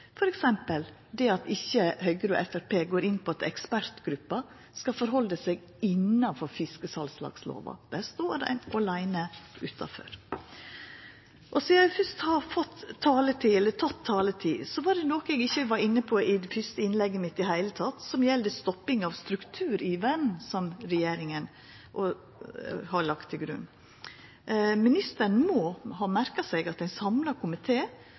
at ikkje Høgre og Framstegspartiet går inn på at ekspertgruppa skal halda seg innanfor fiskesalslagslova. Der står ein åleine utanfor. Sidan eg først har fått – eller teke – taletid, er det noko eg ikkje i det heile var inne på i det første innlegget mitt, som gjeld det å stoppa strukturiveren som regjeringa har lagt til grunn. Statsråden må ha merka seg at ein samla